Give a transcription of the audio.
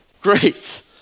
Great